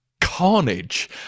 carnage